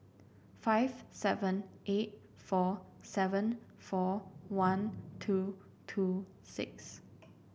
five seven eight four seven four one two two six